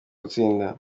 gutsinda